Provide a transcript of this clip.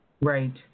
Right